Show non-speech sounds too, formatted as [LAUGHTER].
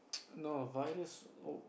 [NOISE] no virus